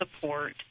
support